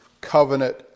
Covenant